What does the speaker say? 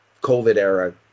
COVID-era